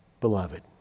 beloved